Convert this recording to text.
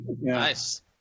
Nice